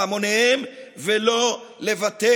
בהמוניהם ולא לוותר.